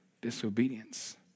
disobedience